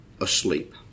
asleep